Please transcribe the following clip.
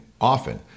often